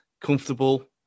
comfortable